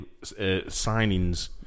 signings